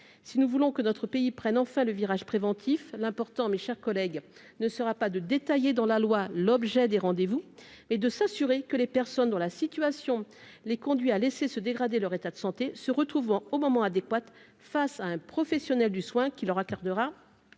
si nous voulons que notre pays prenne enfin le virage préventif, l'important, mes chers collègues, ne sera pas de détailler dans la loi l'objet des rendez-vous et de s'assurer que les personnes dont la situation les conduit à laisser se dégrader leur état de santé se retrouvant au moment adéquate face à un professionnel du soin qui leur accordera